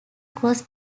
cross